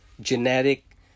genetic